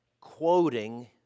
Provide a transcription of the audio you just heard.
quoting